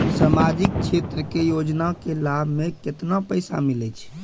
समाजिक क्षेत्र के योजना के लाभ मे केतना पैसा मिलै छै?